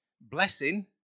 Blessing